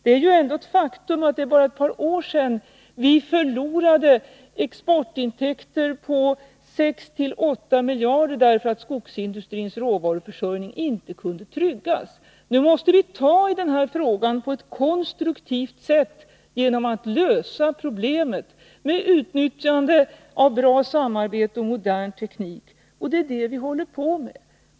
Det är ändå ett faktum att det bara är ett par år sedan vi förlorade exportintäkter på 6-8 miljarder, därför att skogsindustrins råvaruförsörjning inte kunde tryggas. Nu måste vi ta i den här frågan på ett konstruktivt sätt och lösa problemet genom att utnyttja gott samarbete och modern teknik. Det är det vi håller på med.